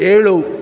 ಏಳು